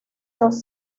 dos